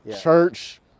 Church